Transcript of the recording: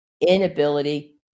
inability